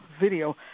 video